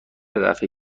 دفه